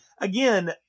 again